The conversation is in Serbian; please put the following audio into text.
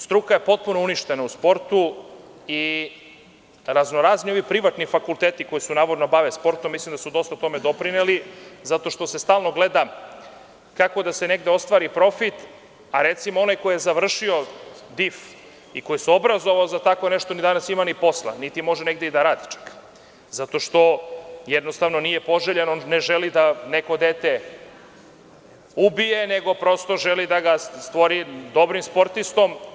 Struka je potpuno uništena u sportu i razno razni privatni fakulteti koji se navodno bave sportom mislim da su tome dosta doprineli, zato što se stalno gleda kako da se negde ostvari profit, a recimo onaj ko je završio DIF i koji se obrazovao za tako nešto danas nema ni posla, niti može i da radi, zato što jednostavno nije poželjan, jer ne želi da neko dete ubije, nego prosto želi da ga stvori dobrim sportistom.